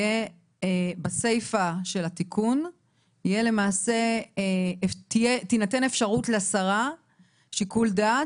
בסיפה של התיקון תינתן לשרה אפשרות לשיקול דעת,